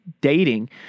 dating